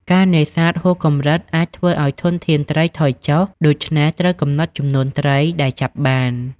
ការនេសាទហួសកម្រិត អាចធ្វើឱ្យធនធានត្រីថយចុះ ដូច្នេះត្រូវកំណត់ចំនួនត្រីដែលចាប់បាន។